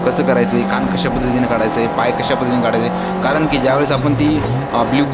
कसं करायचं आहे कान कशा पद्धतीने काढायचा आहे पाय कशा पद्धतीने काढायचे कारण की ज्यावेळेस आपण ती ब्लू